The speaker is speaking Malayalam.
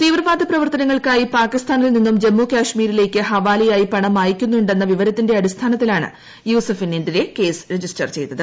തീവ്രവാദ പ്രവർത്തനങ്ങൾക്കായിട്ടു പാക്കിസ്ഥാനിൽ നിന്നും ജമ്മു കാശ്മീരിലേക്ക് ഹവാ്ലയായി പണം അയയ്ക്കുന്നുണ്ടെന്ന വിവരത്തിന്റെ അടിസ്ഥാനത്തിലാണ് യൂസഫിനെതിരെ കേസ് രജിസ്റ്റർ ചെയ്തത്